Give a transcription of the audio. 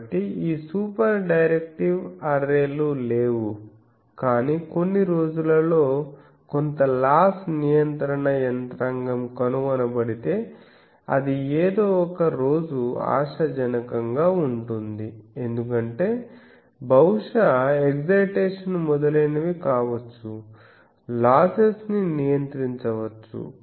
కాబట్టి ఈ super directive array లు లేవు కానీ కొన్ని రోజులలో కొంత లాస్ నియంత్రణ యంత్రాంగం కనుగొనబడితే అది ఏదో ఒక రోజు ఆశాజనకంగా ఉంటుంది ఎందుకంటే బహుశా ఎక్సైటేషన్ మొదలైనవి కావచ్చు లాస్సెస్ ని నియంత్రించవచ్చు